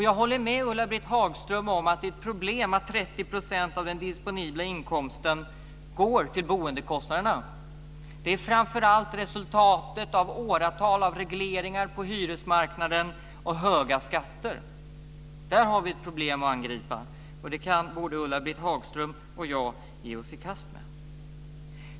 Jag håller med Ulla-Britt Hagström om att det är ett problem att 30 % av den disponibla inkomsten går till boendekostnaderna. Det är framför allt resultatet av åratal av regleringar på hyresmarknaden och höga skatter. Där har vi ett problem att angripa. Det borde Ulla-Britt Hagström och jag ge oss i kast med.